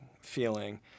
feeling